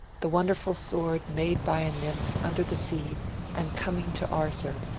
the wonderful sword made by a nymph under the sea and coming to arthur,